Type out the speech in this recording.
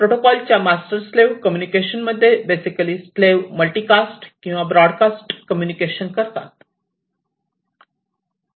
या प्रोटोकॉल च्या master slave communication मध्ये बेसिकली स्लेव्ह मल्टी कास्ट किंवा ब्रॉडकास्ट कम्युनिकेशन करतात